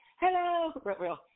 hello